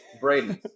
Braden